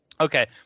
Okay